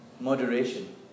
moderation